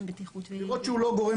לראות שהוא לא גורם